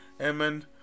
Amen